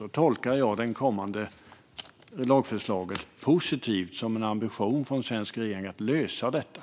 Jag tolkar det kommande lagförslaget positivt, som en ambition från svensk regering att lösa detta.